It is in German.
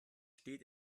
steht